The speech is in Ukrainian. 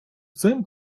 цим